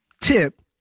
tip